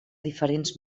diferents